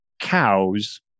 cows